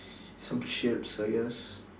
some chips I guess